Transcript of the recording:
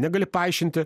negali paaiškinti